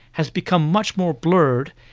has become much more blurred,